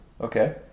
Okay